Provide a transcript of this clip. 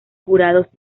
jurados